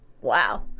Wow